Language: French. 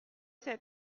sept